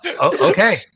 Okay